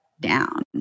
down